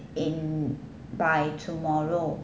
in by tomorrow